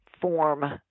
form